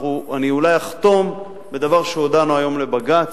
אני אולי אחתום בדבר שהודענו היום לבג"ץ.